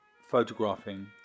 photographing